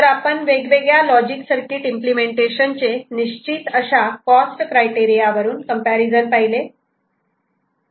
आपण वेगवेगळ्या logic circuit implementation चे निश्चित अशा कॉस्ट क्रायटेरिया वरून कम्पॅरिझन पाहिले